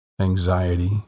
anxiety